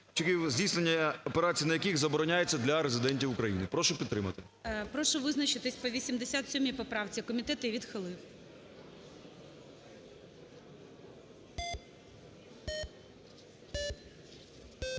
Прошу визначитись по 77 поправці. Комітет її відхилив.